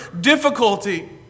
difficulty